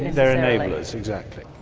they are enablers, exactly.